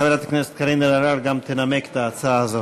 התשע"ה 2015. חברת הכנסת קארין אלהרר גם תנמק את ההצעה הזו.